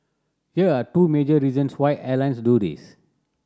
here are two major reasons why airlines do this